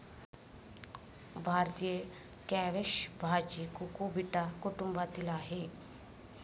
भारतीय स्क्वॅश भाजी कुकुबिटा कुटुंबातील आहे